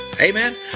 Amen